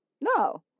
No